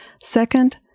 Second